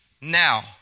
now